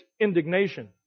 indignation